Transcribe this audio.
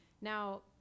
Now